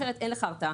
אחרת אין לך הרתעה.